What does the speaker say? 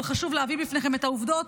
אבל חשוב להביא בפניכם את העובדות,